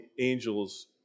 angels